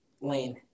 Lane